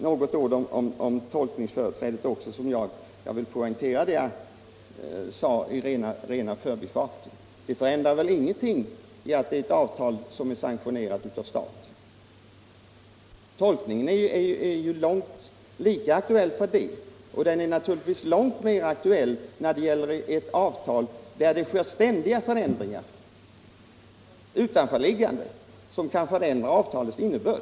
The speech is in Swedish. Jag vill slutligen i anledning av vad jag sade om tolkningsföreträdet säga att det förändrar självfallet ingenting att avtalet är sanktionerat av staten. Tolkningen är lika aktuell ändå. Ja, den är naturligtvis mer aktuell när det gäller ett avtal där det sker ständiga utanförliggande förändringar som kan ändra avtalets innebörd.